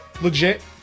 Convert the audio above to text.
legit